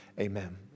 amen